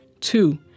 Two